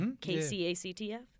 K-C-A-C-T-F